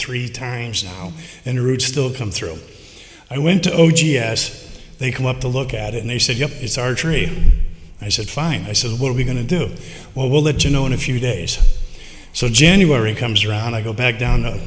three times and roots still come through i went to o g s they come up to look at it and they said yup it's archery i said fine i said what are we going to do well we'll let you know in a few days so january comes around i go back down t